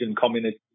communist